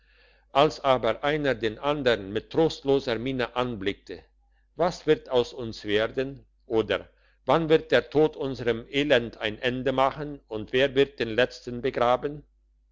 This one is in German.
als aber einer den andern mit trostloser miene anblickte was wird aus uns werden oder wann wird der tod unserm elend ein ende machen und wer wird den letzten begraben